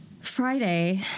Friday